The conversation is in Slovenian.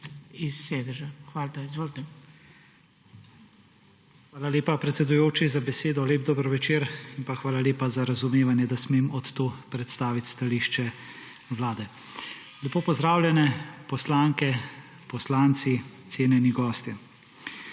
Hvala lepa, predsedujoči, za besedo. Lep dober večer! In hvala lepa za razumevanje, da smem od tu predstaviti stališče Vlade. Lepo pozdravljene poslanke, poslanci, cenjeni gostje!